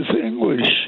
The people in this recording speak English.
English